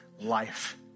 life